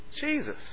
Jesus